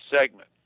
segment